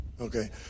Okay